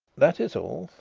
that is all.